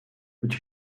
but